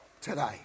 today